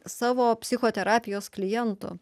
savo psichoterapijos klientų